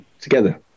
together